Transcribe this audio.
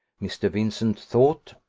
mr. vincent thought,